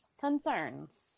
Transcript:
concerns